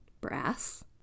Brass